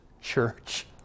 church